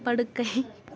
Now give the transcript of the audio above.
படுக்கை